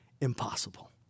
impossible